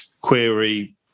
query